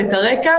ואת הרקע,